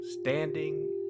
Standing